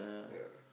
ya